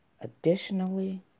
Additionally